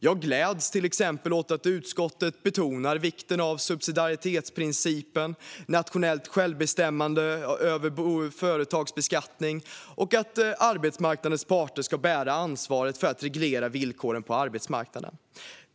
Jag gläds till exempel åt att utskottet betonar vikten av subsidiaritetsprincipen, nationellt självbestämmande över företagsbeskattning och att arbetsmarknadens parter ska bära ansvaret för att reglera villkoren på arbetsmarknaden.